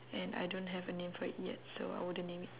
and I don't have a name for it yet so I wouldn't name it